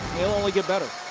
he'll only get better.